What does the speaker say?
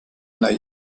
night